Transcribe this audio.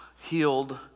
healed